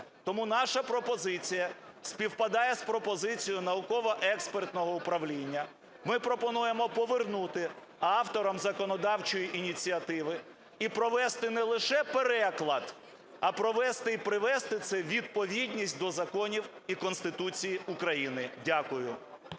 Тому наша пропозиція співпадає з пропозицією науково-експертного управління. Ми пропонуємо повернути авторам законодавчої ініціативи і провести не лише переклад, а провести і привести це у відповідність до законів і Конституції України. Дякую.